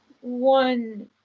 one